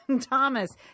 Thomas